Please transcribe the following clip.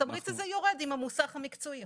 התמריץ הזה יורד עם המוסך המקצועי.